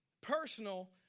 personal